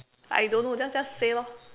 I don't know just just say lor